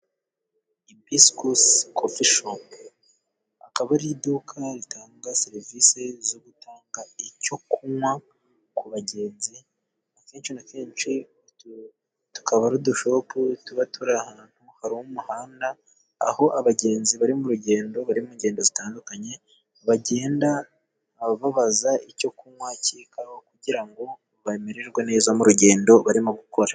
Buscos coffishop, akaba ari iduka ritanga serivisi zo gutanga icyo kunywa ku bagenzi. Akenshi na kenshi tukaba ari udushop tuba turi ahantu hari umuhanda, aho abagenzi bari mu rugendo, bari mu ngendo zitandukanye bagenda babaza icyo kunywa kikabafasha kugira ngo bamererwe neza m'urugendo barimo gukora.